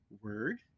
word